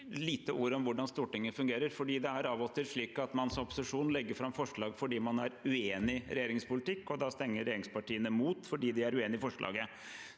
til å si litt om hvordan Stortinget fungerer. Det er av og til slik at man i opposisjon legger fram forslag fordi man er uenig i regjeringens politikk, og da stemmer regjeringspartiene mot fordi de er uenige i forslaget.